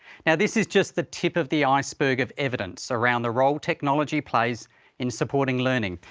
now, this is just the tip of the iceberg of evidence around the role technology plays in supporting learning.